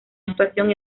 actuación